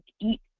eat